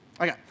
Okay